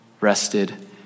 rested